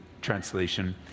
Translation